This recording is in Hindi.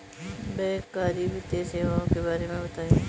बैंककारी वित्तीय सेवाओं के बारे में बताएँ?